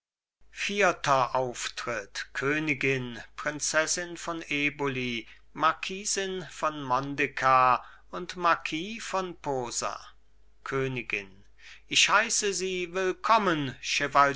vierter auftritt königin prinzessin von eboli marquisin von mondekar und marquis von posa königin ich heiße sie willkommen